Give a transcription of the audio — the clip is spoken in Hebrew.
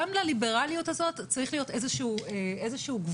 גם לליברליות הזאת צריך להיות איזשהו גבול.